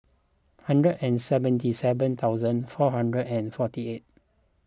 hundred and seventy seven thousand four hundred and forty eight